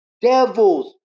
devils